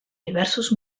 diversos